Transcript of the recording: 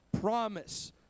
promise